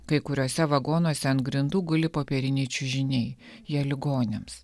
kai kuriuose vagonuose ant grindų guli popieriniai čiužiniai jie ligoniams